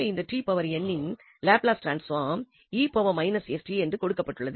எனவே இந்த இன் லாப்லாஸ் டிரான்ஸ்பாம் e st என்று கொடுக்கப்பட்டுள்ளது